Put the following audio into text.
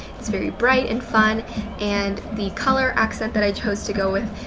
its very bright and fun and the color accent that i chose to go with,